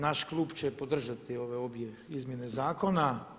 Naš klub će podržati ove obje izmjene zakona.